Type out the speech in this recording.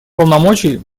полномочий